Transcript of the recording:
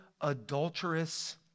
adulterous